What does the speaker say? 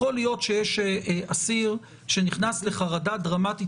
יכול להיות שיש אסיר שנכנס לחרדה דרמטית